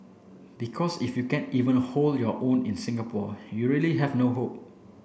because if you can't even hold your own in Singapore you really have no hope